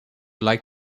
like